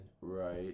Right